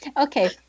Okay